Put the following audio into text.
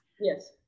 Yes